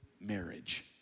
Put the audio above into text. marriage